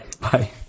bye